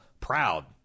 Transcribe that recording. proud